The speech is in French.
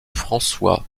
françois